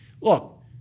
look